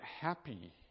happy